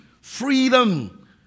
Freedom